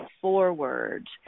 forward